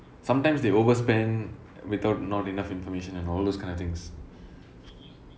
sometimes they overspend without not enough information and all those kind of things